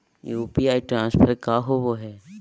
UPI transfer का होव हई?